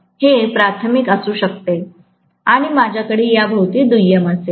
हे प्राथमिक असू शकते आणि माझ्याकडे या भोवती दुय्यम असेल